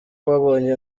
babonye